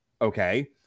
okay